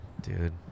Dude